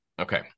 Okay